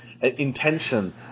intention